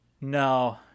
No